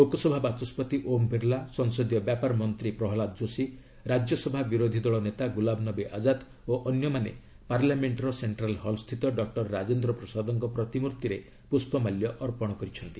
ଲୋକସଭା ବାଚସ୍କତି ଓମ୍ ବିର୍ଲା ସଂସଦୀୟ ବ୍ୟାପାର ମନ୍ତ୍ରୀ ପ୍ରହଲ୍ଲାଦ ଯୋଶୀ ରାଜ୍ୟସଭା ବିରୋଧୀ ଦଳ ନେତା ଗୁଲାମ ନବୀ ଆଜାଦ୍ ଓ ଅନ୍ୟମାନେ ପାର୍ଲାମେଣ୍ଟର ସେଣ୍ଟ୍ରାଲ୍ ହଲ୍ସ୍ଥିତ ଡକ୍ଟର ରାଜେନ୍ଦ୍ର ପ୍ରସାଦଙ୍କ ପ୍ରତିମୂର୍ତ୍ତିରେ ପୁଷ୍ପମାଲ୍ୟ ଅର୍ପଣ କରିଛନ୍ତି